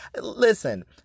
listen